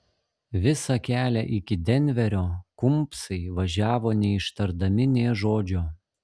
visą kelią iki denverio kumbsai važiavo neištardami nė žodžio